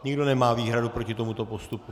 Nikdo nemá výhradu proti tomuto postupu.